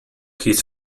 his